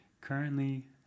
currently